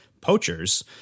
poachers